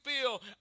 feel